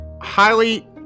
highly